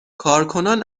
کارکنان